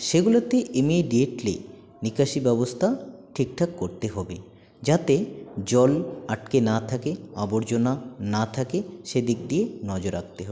সেগুলোতে ইমেডিয়েটলি নিকাশি ব্যবস্তা ঠিকঠাক করতে হবে যাতে জল আটকে না থাকে আবর্জনা না থাকে সেই দিক দিয়ে নজর রাখতে হবে